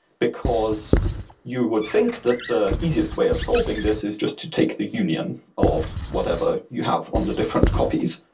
because you would think that the easiest way of solving this is just to take the union of whatever you have on the different copies.